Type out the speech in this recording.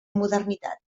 modernitat